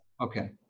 Okay